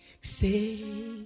say